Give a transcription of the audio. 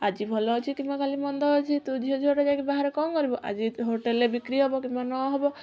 ଆଜି ଭଲ ଅଛି କିମ୍ବା କାଲି ମନ୍ଦ ଅଛି ତୁ ଝିଅ ଛୁଆଁ ଟା ଯାଇକି ବାହାରେ କ'ଣ କରିବୁ ଆଜି ତ ହୋଟେଲରେ ବିକ୍ରୀ ହବ କିମ୍ବା ନ ହବ